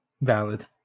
Valid